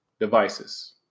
devices